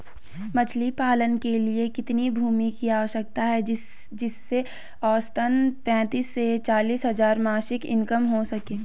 मछली पालन के लिए कितनी भूमि की आवश्यकता है जिससे औसतन पैंतीस से चालीस हज़ार मासिक इनकम हो सके?